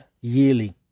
yearly